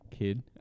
kid